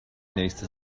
nächste